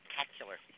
spectacular